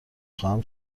خواهم